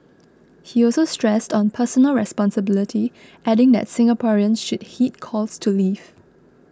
he also stressed on personal responsibility adding that Singaporeans should heed calls to leave